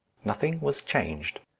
nothing was changed,